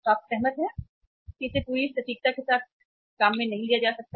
आप सहमत हुए कि इसे पूरी सटीकता के साथ काम नहीं किया जा सकता है